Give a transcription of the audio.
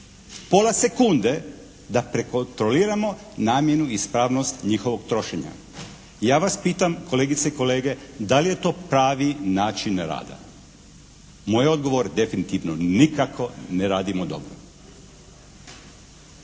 pola sekunde da prekontroliramo namjenu i ispravnost njihovog trošenja. Ja vas pitam kolegice i kolege, da li je to pravi način rada? Moj je odgovor definitivno nikako ne radimo dobro.